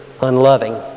unloving